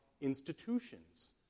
institutions